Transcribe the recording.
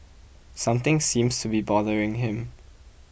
something seems to be bothering him